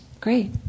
great